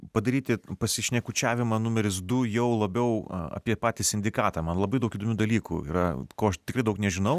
padaryti pasišnekučiavimą numeris du jau labiau a apie patį sindikatą man labai daug įdomių dalykų yra ko aš tikrai daug nežinau